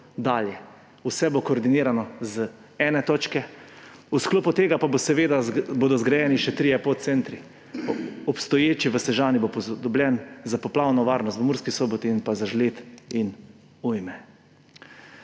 vse bo koordinirano z ene točke. V sklopu tega pa bodo seveda zgrajeni še trije podcentri, obstoječi v Sežani bo posodobljen, za poplavno varnost v Murski Soboti in pa za žled in ujme.